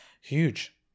huge